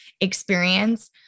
experience